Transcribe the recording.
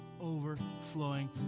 overflowing